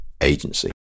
agency